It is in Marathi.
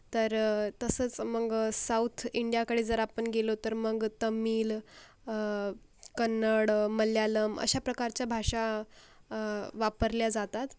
तर तसंच मग साऊथ इंडियाकडे जर आपण गेलो तर मग तमिळ कन्नड मल्याळम अशा प्रकारच्या भाषा वापरल्या जातात